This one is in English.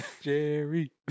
jerry